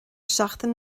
seachtain